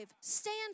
Stand